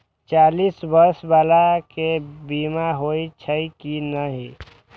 चालीस बर्ष बाला के बीमा होई छै कि नहिं?